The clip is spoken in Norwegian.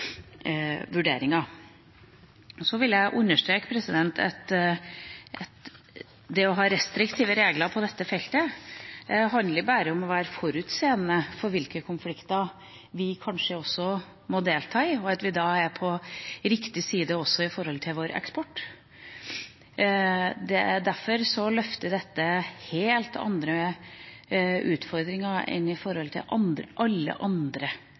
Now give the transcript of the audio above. vurderinger. Så vil jeg understreke at det å ha restriktive regler på dette feltet handler bare om å være forutseende for hvilke konflikter vi kanskje må delta i, og at vi da er på riktig side med vår eksport. Her møter vi helt andre utfordringer enn i alle andre